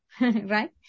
right